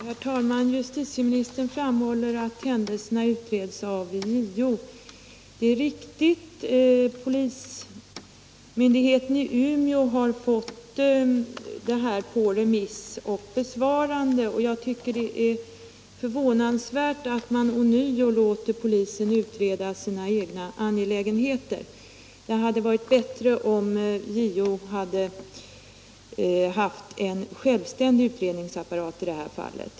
Herr talman! Justitieministern framhåller att händelserna i Umeå utreds av JO. Det är riktigt. Polismyndigheten i Umeå har fått ärendet på remiss för besvarande. Jag tycker att det är förvånansvärt att man ånyo låter polisen utreda sina egna angelägenheter. Det hade varit bättre om JO hade haft en självständig utredningsapparat i det här fallet.